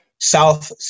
South